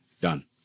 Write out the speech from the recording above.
Done